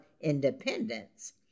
Independence